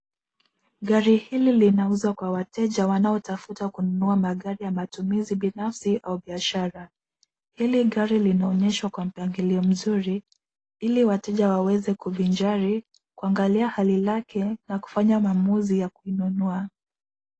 Gari hili linauzwa kwa wateja wanaotafuta kununua magari ya matumizi binafsi au biashara. Hili gari linaonyesha kwa mpangilio mzuri ili wateja waeweza kuvinjari ,kuangalia hali lake na kufanya maamuzi ya kuinunua.